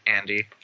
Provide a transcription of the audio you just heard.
Andy